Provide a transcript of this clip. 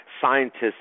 scientists